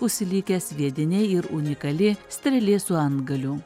užsilikę sviediniai ir unikali strėlė su antgaliu